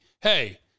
hey